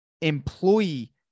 employee